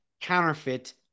counterfeit